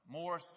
more